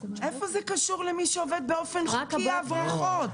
איפה זה קשור למי שעובד באופן חוקי ההברחות?